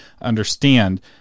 understand